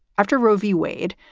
after roe v. wade,